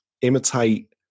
imitate